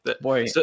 Boy